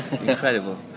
incredible